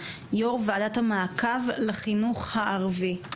יו"ר ועדת המעקב לחינוך הערבי.